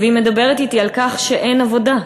והיא מדברת אתי על כך שאין עבודה.